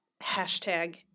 Hashtag